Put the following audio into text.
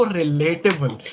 relatable